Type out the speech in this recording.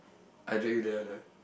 I drag you there then